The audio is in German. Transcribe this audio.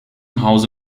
hause